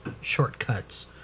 shortcuts